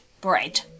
bread